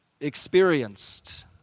experienced